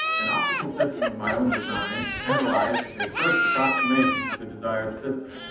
an optical system of my own design is analyzed as a first approximation to the desired system.